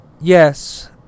yes